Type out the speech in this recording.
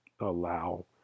allow